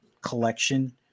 collection